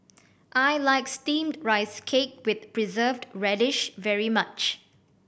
I like Steamed Rice Cake with Preserved Radish very much